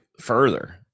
further